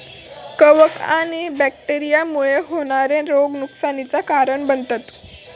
कवक आणि बैक्टेरिया मुळे होणारे रोग नुकसानीचा कारण बनतत